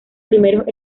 primeros